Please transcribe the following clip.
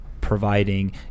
providing